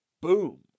boom